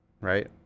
Right